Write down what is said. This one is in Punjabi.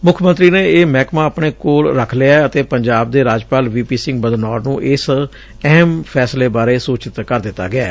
ਮੁੱਖ ਮੰਤਰੀ ਨੇ ਇਹ ਮਹਿਕਮਾ ਆਪਣੇ ਕੋਲ ਰੱਖ ਲਿਐ ਅਤੇ ਪੰਜਾਬ ਦੇ ਰਾਜਪਾਲ ਵੀ ਪੀ ਸਿੰਘ ਬਦਨੌਰ ਨੂੰ ਇਸ ਅਹਿਮ ਫੈਸਲੇ ਬਾਰੇ ਸੂਚਿਤ ਕਰ ਦਿੱਤਾ ਗਿਐ